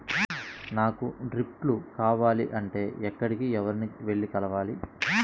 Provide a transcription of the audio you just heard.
నాకు డ్రిప్లు కావాలి అంటే ఎక్కడికి, ఎవరిని వెళ్లి కలవాలి?